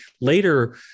later